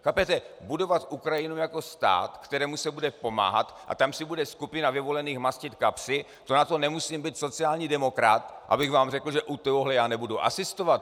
Chápete, budovat Ukrajinu jako stát, kterému se bude pomáhat, a tam si bude skupina vyvolených mastit kapsy na to nemusím být sociální demokrat, abych vám řekl, že u tohohle já nebudu asistovat.